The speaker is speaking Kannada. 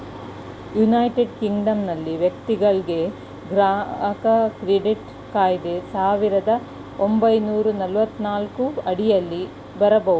ಯುನೈಟೆಡ್ ಕಿಂಗ್ಡಮ್ನಲ್ಲಿ ವ್ಯಕ್ತಿಗಳ್ಗೆ ಗ್ರಾಹಕ ಕ್ರೆಡಿಟ್ ಕಾಯ್ದೆ ಸಾವಿರದ ಒಂಬೈನೂರ ಎಪ್ಪತ್ತನಾಲ್ಕು ಅಡಿಯಲ್ಲಿ ಬರಬಹುದು